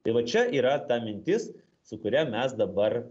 tai va čia yra ta mintis su kuria mes dabar